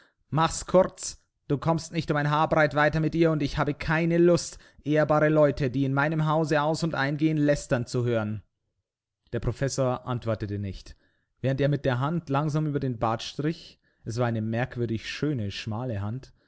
mach's kurz du kommst nicht um ein haar breit weiter mit ihr und ich habe keine lust ehrbare leute die in meinem hause aus und ein gehen lästern zu hören der professor antwortete nicht während er mit der hand langsam über den bart strich es war eine merkwürdig schöne schmale hand